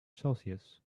celsius